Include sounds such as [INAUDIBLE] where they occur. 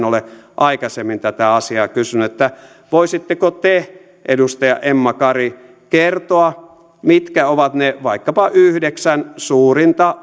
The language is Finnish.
[UNINTELLIGIBLE] ole aikaisemmin tätä asiaa kysynyt voisitteko te edustaja emma kari kertoa mitkä ovat ne vaikkapa yhdeksän suurinta [UNINTELLIGIBLE]